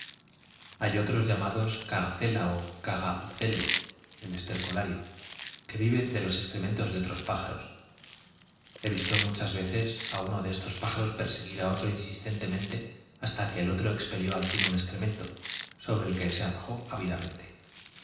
hay otros llamados cagacela o caca uccello el estercorario que viven de los excrementos de otros pájaros he visto muchas veces a uno de estos pájaros perseguir a otro insistentemente hasta que el otro expelió al fín un excremento sobre el que se arrojó ávidamente